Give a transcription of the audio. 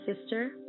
sister